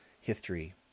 history